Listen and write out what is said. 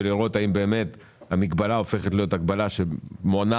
ולראות האם המגבלה הופכת להיות הגבלה שמונעת